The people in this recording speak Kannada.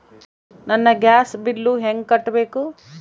ನನ್ನ ಗ್ಯಾಸ್ ಬಿಲ್ಲು ಹೆಂಗ ಕಟ್ಟಬೇಕು?